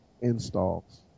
installs